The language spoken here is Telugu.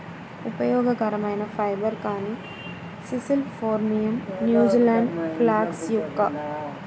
ఉపయోగకరమైన ఫైబర్, కానీ sisal phormium, New Zealand flax yucca